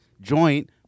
joint